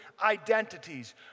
identities